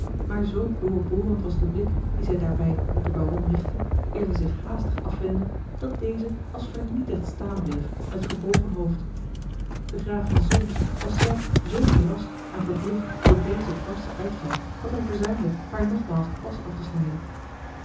maar zoo doorborend was de blik dien zij daarbij op den baron richtte eer zij zich haastig afwendde dat deze als vernietigd staan bleef met gebogen hoofd de graaf van solms was zelfs zoo verrast en verbluft door dezen barschen uitval dat hij verzuimde haar nogmaals den pas af te snijden